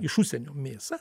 iš užsienio mėsą